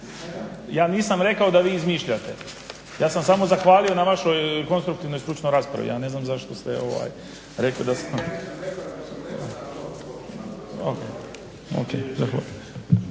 ja nisam rekao da vi izmišljate, ja sam samo zahvalio na vašoj konstruktivnoj i stručnoj raspravi. Ja ne znam zašto ste rekli da sam … /Upadica se